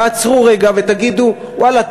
תעצרו רגע ותגידו: ואללה,